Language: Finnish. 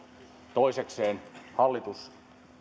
toisekseen hallitus